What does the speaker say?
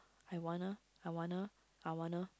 I wanna I wanna I wanna